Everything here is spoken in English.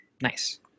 Nice